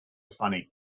funny